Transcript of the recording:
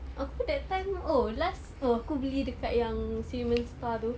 aku that time oh last oh aku beli dekat yang simmons bar tu